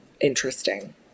interesting